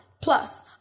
Plus